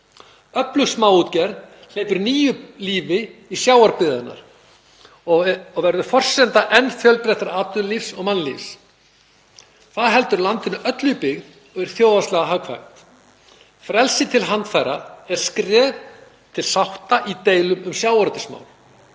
Öflug smábátaútgerð hleypir nýju lífi í sjávarbyggðirnar og verður forsenda enn fjölbreyttara atvinnulífs og mannlífs. Það heldur landinu öllu í byggð og er þjóðhagslega hagkvæmt. Frelsi til handfæraveiða er skref til sátta í deilum um sjávarútvegsmál